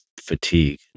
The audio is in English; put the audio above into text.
fatigue